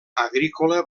agrícola